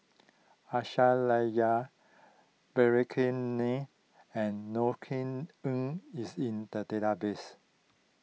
Aisyah Lyana Vikram Nair and Norothy Ng is in the database